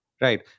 Right